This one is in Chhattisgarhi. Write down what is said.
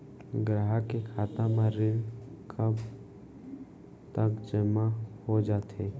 ग्राहक के खाता म ऋण कब तक जेमा हो जाथे?